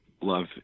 love